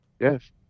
yes